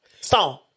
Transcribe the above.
song